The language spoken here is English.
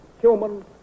human